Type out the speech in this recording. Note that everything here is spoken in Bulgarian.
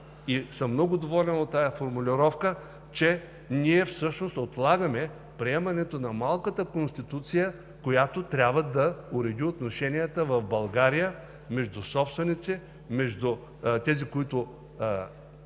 и съм много доволен от тази формулировка, че ние всъщност отлагаме приемането на малката конституция, която трябва да уреди отношенията в България между собствениците, между тези, които